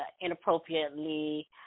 inappropriately